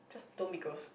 don't be gross